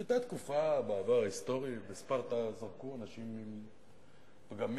היתה תקופה בעבר ההיסטורי שבספרטה זרקו אנשים עם פגמים,